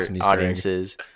audiences